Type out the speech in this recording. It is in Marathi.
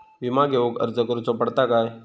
विमा घेउक अर्ज करुचो पडता काय?